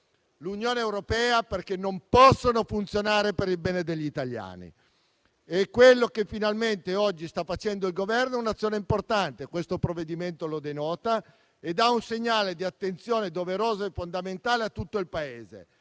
l'Unione europea, perché non possono funzionare per il bene degli italiani. Quello che finalmente oggi sta facendo il Governo è un'azione importante. Questo provvedimento lo denota e dà un segnale di attenzione doveroso e fondamentale a tutto il Paese.